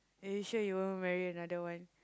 are you sure you wouldn't marry another one